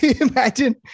Imagine